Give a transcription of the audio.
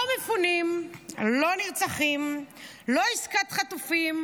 לא מפונים, לא נרצחים, לא עסקת חטופים,